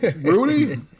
Rudy